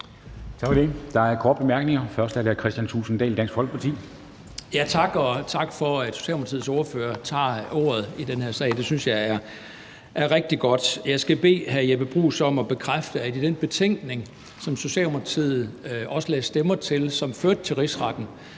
Tak for det. Der er korte bemærkninger. Først er det fra hr. Kristian Thulesen Dahl, Dansk Folkeparti. Kl. 13:19 Kristian Thulesen Dahl (DF): Tak, og tak for, at Socialdemokratiets ordfører tager ordet i den her sag. Det synes jeg er rigtig godt. Jeg skal bede hr. Jeppe Bruus om at bekræfte, at Socialdemokratiet i den betænkning, som Socialdemokratiet også lagde stemmer til, og som førte til rigsretssagen,